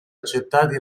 accettati